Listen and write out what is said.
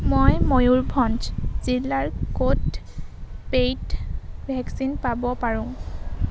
মই ময়ুৰভঞ্জ জিলাৰ ক'ত পেইড ভেকচিন পাব পাৰোঁ